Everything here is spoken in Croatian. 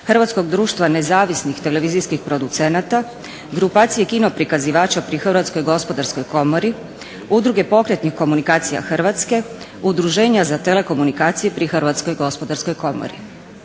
Hrvatskog društva nezavisnih televizijskih producenata, grupacije kinoprikazivača pri Hrvatskoj gospodarskoj komori, Udruge pokretnih komunikacija Hrvatske, udruženja za telekomunikacije pri Hrvatskoj gospodarskoj komori.